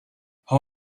how